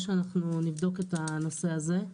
ליושב-ראש שאנחנו נבדוק את הנושא הזה.